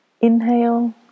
Inhale